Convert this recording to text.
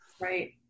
Right